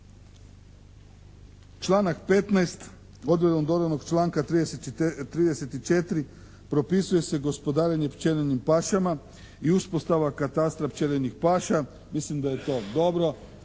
Članak 15. vodi do onog članka 34. propisuje se gospodarenje pčelinjim pašama i uspostava Katastra pčelinjih paša. Mislim da je to dobro.